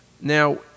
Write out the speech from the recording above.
Now